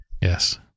Yes